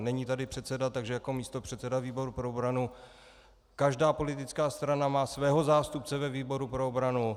Není tady předseda výboru pro obranu, takže jako místopředseda výboru pro obranu: každá politická strana má svého zástupce ve výboru pro obranu.